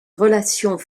relations